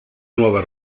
nuova